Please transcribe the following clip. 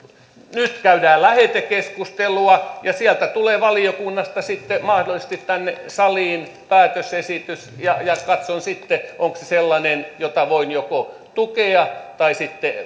nyt käydään lähetekeskustelua ja sieltä valiokunnasta tulee sitten mahdollisesti tänne saliin päätösesitys ja katson sitten onko se sellainen jota voin tukea tai sitten